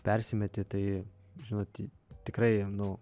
persimeti tai žinot tikrai nu